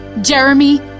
Jeremy